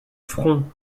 front